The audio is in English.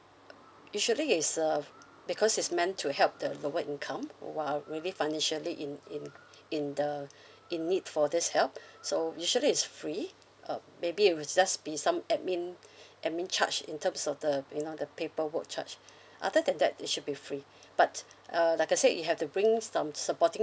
uh usually it's a because it's meant to help the lower income who are really financially in in in the in need for this help so usually it's free uh maybe it will just be some admin admin charge in terms of the you know the paperwork charge other than that it should be free but uh like I said you have to bring some supporting